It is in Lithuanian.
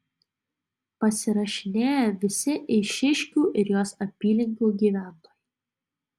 pasirašinėja visi eišiškių ir jos apylinkių gyventojai